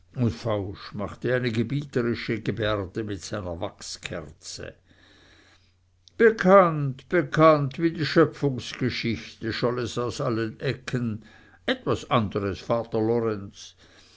machte eine gebieterische gebärde mit seiner wachskerze bekannt bekannt wie die schöpfungsgeschichte scholl es aus allen ecken etwas anderes vater lorenz